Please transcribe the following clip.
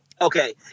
Okay